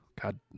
god